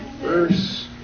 Verse